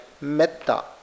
Metta